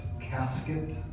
casket